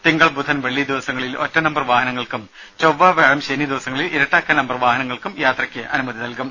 തിങ്കൾ ബുധൻ വെള്ളി ദിവസങ്ങളിൽ ഒറ്റ നമ്പർ വാഹനങ്ങൾക്കും ചൊവ്വ വ്യാഴം ശനി ദിവസങ്ങളിൽ ഇരട്ട നമ്പർ വാഹനങ്ങൾക്കും യാത്രയ്ക്ക് അനുമതി നല്കും